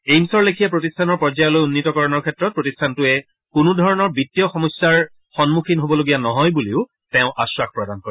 এইম্ছৰ লেখীয়া প্ৰতিষ্ঠানৰ পৰ্যায়লৈ উন্নীতকৰণৰ ক্ষেত্ৰত প্ৰতিষ্ঠানটোৱে কোনোধৰণৰ বিওীয় সমস্যাৰ সন্মুখীন হবলগীয়া নহয় বুলিও তেওঁ আখাস প্ৰদান কৰে